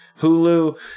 Hulu